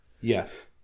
Yes